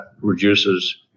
reduces